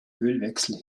ölwechsel